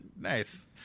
nice